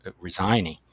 resigning